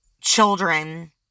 children